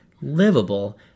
livable